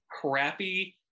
crappy